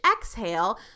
exhale